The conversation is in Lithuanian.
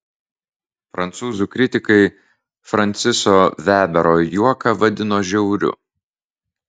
prancūzų kritikai franciso vebero juoką vadino žiauriu